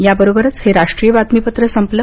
या बरोबरच हे राष्ट्रीय बातमीपत्र संपलं